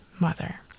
mother